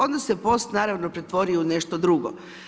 Onda se POS naravno, pretvorio u nešto drugo.